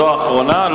זו האחרונה.